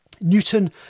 Newton